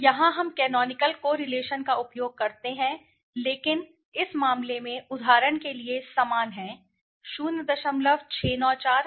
तो यहाँ इसीलिए हम कैनोनिकल कोरिलेशन का उपयोग करते हैं लेकिन समझ इस मामले में उदाहरण के लिए समान है 694 या 7 कहने दें